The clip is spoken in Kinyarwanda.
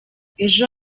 ejo